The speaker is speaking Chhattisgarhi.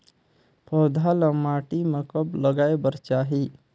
पौधा ल माटी म कब लगाए बर चाही?